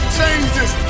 changes